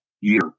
year